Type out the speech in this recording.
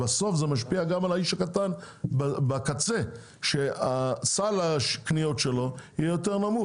בסוף זה משפיע גם על האיש הקטן בקצה שסל הקניות שלו יהיה יותר נמוך,